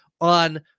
on